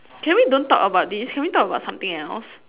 can we don't talk about this can we talk about something else